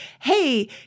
hey